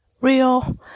real